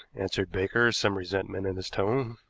answered baker, some resentment in his tone.